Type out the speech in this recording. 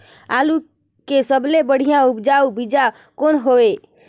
आलू के सबले बढ़िया उपजाऊ बीजा कौन हवय?